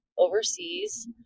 overseas